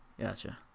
Gotcha